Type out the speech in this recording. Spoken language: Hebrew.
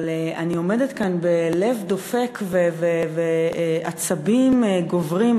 אבל אני עומדת כאן בלב דופק ועצבים גוברים,